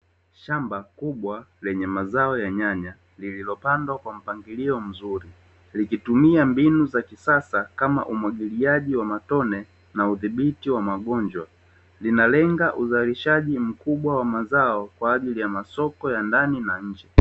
Shamba kubwa lenye mazao ya nyanya likitumia umwagiliaji